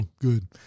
good